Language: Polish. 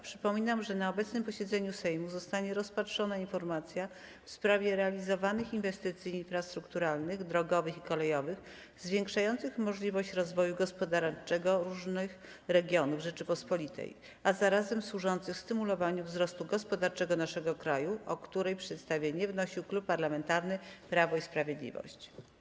Przypominam, że na obecnym posiedzeniu Sejmu zostanie rozpatrzona informacja w sprawie realizowanych inwestycji infrastrukturalnych, drogowych i kolejowych, zwiększających możliwości rozwoju gospodarczego różnych regionów Rzeczypospolitej, a zarazem służących stymulowaniu wzrostu gospodarczego naszego kraju, o której przedstawienie wnosił Klub Parlamentarny Prawo i Sprawiedliwość.